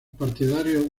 partidarios